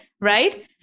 right